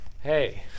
hey